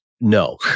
No